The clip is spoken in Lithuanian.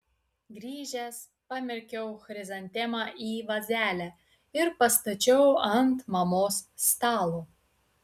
grįžęs pamerkiau chrizantemą į vazelę ir pastačiau ant mamos stalo